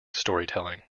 storytelling